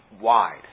wide